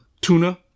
tuna